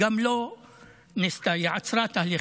לא ניסתה,